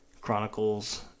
Chronicles